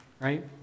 right